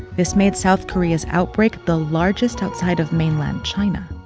this made south korea's outbreak the largest outside of mainland china.